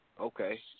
okay